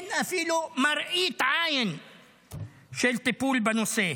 ואין אפילו מראית עין של טיפול בנושא,